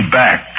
back